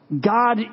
God